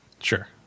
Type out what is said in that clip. Sure